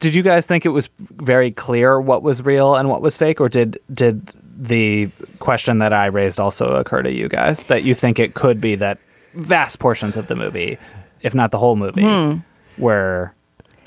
did you guys think it was very clear what was real and what was fake or did did the question that i raised also occur to you guys that you think it could be that vast portions of the movie if not the whole movie where